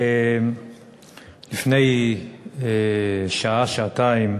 תודה רבה, לפני שעה-שעתיים